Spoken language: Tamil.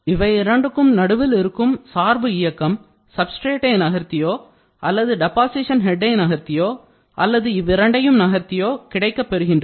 இவை இரண்டுக்கும் நடுவில் இருக்கும் சார்பு இயக்கம் சப்ஸ்டிரேட்டை நகர்த்தியோ அல்லது டெப்பாசீஷன் ஹெட்டை நகர்த்தியோ அல்லது இவ்விரண்டையும் நகர்த்தியோ கிடைக்கப் பெறுகின்றது